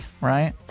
right